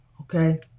Okay